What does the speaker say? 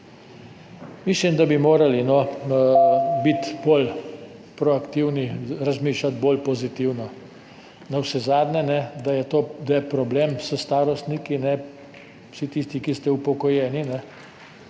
Mislim, da bi morali biti bolj proaktivni, razmišljati bolj pozitivno. Navsezadnje, da je problem s starostniki, vsi tisti, ki ste upokojeni,